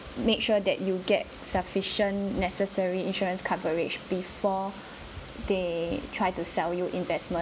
make sure that you get sufficient necessary insurance coverage before they try to sell you investment